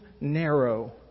narrow